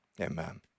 Amen